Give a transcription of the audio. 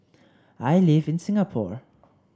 I live in Singapore